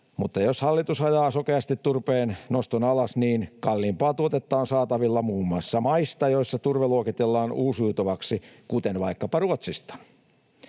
mutta jos hallitus ajaa sokeasti turpeen noston alas, niin kalliimpaa tuotetta on saatavilla muun muassa maista, joissa turve luokitellaan uusiutuvaksi, kuten vaikkapa Ruotsista.